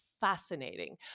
fascinating